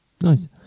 Nice